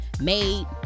made